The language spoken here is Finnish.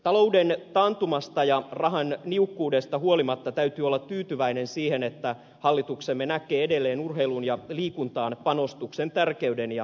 talouden taantumasta ja rahan niukkuudesta huolimatta täytyy olla tyytyväinen siihen että hallituksemme näkee edelleen urheiluun ja liikuntaan panostuksen tärkeyden ja merkityksen